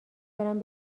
برم